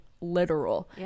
literal